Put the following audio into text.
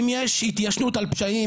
אם יש התיישנות על פשעים,